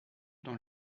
dans